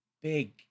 big